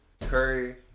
Curry